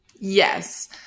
Yes